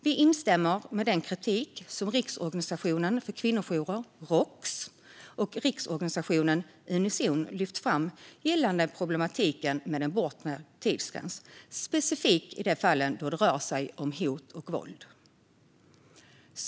Vi instämmer i den kritik som Riksorganisationen för kvinnojourer och tjejjourer i Sverige, Roks, och riksorganisationen Unizon lyft fram gällande problematiken med en bortre tidsgräns, specifikt i de fall då det rör sig om hot och våld.